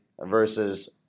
versus